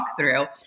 walkthrough